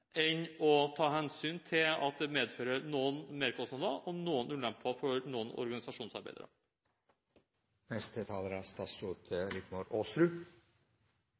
enn å ta hensyn til at det medfører noen merkostnader og ulemper for noen